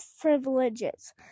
privileges